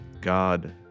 God